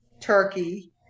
turkey